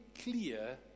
clear